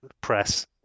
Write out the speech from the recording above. press